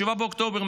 ב-7 באוקטובר,